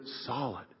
solid